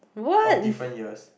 of different years